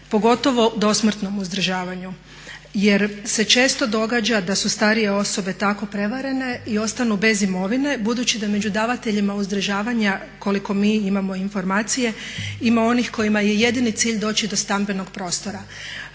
pogotovo dosmrtnom uzdržavanju. Jer se često događa da su starije osobe tako prevarene i ostanu bez imovine budući da među davateljima uzdržavanja koliko mi imao informacije ima onih kojima je jedini cilj doći do stambenog prostora.